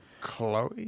Chloe